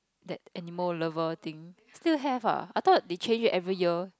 that animal lover thing still have ah I thought they change it every year